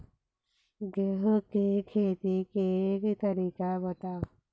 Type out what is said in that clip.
गेहूं के खेती के तरीका बताव?